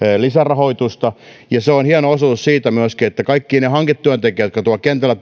lisärahoitusta on hieno osoitus siitä kuten myöskin se että kaikki ne hanketyöntekijät jotka tuolla kentällä